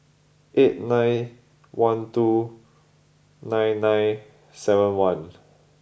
eight nine one two nine nine seven one